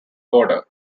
order